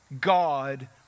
God